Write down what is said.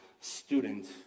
student